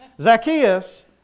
Zacchaeus